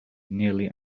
nearly